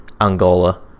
Angola